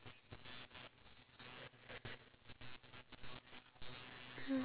so you are at this position if you make choice A and B